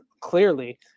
clearly